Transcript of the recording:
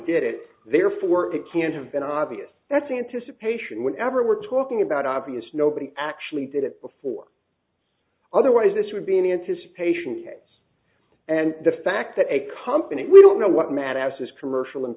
did it therefore it can't have been obvious that's the anticipation whenever we're talking about obvious nobody actually did it before otherwise this would be an anticipation case and the fact that a company we don't know what mass is commercial